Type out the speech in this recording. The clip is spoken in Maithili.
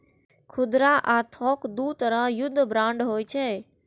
खुदरा आ थोक दू तरहक युद्ध बांड होइ छै